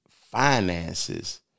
finances